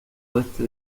oeste